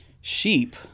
Sheep